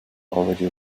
already